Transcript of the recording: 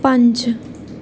पंज